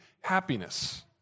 happiness